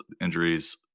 injuries